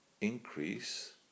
increase